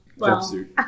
jumpsuit